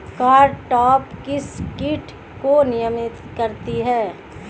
Cartap किस किट को नियंत्रित करती है?